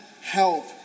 help